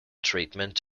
treatment